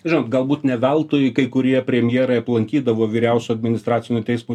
žinot galbūt ne veltui kai kurie premjerai aplankydavo vyriausio administracinio teismo